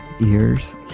ears